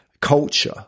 culture